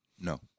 No